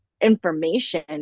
information